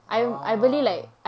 oh